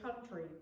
country